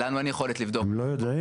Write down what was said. לנו אין יכולת לבדוק --- הם לא יודעים?